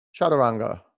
Chaturanga